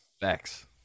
Facts